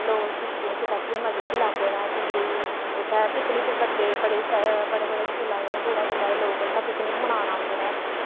लोक किश्तियें च बैठियै मजे बी लैंदे न ते केईं उत्थै पिकनिक बच्चे बड़े स बड़े बड़े स्कूलां दे दूरा दूरा दे लोग उत्थै पिकनिक मनान औंदे न